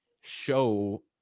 show